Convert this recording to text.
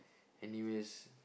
anyways